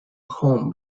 home